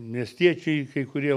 miestiečiai kai kurie